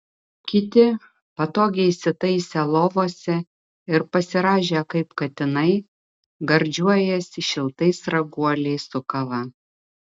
kiti patogiai įsitaisę lovose ir pasirąžę kaip katinai gardžiuojasi šiltais raguoliais su kava